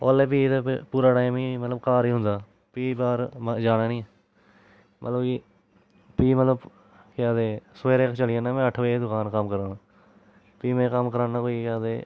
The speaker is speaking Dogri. उसलै फ्ही एह्दा पूरा टाइम मतलब घर गै होंदा फ्ही बाह्र जाना नी मतलब कि फ्ही मतलब केह् आखदे सवेरे चली जन्नां में अट्ठ बजे दुकान कम्म करन फ्ही मैं कम्म कराना कोई केह् आखदे